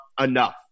enough